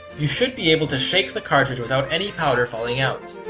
you should be able to shake the cartridge without any powder falling out.